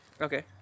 Okay